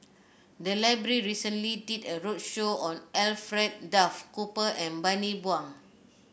the library recently did a roadshow on Alfred Duff Cooper and Bani Buang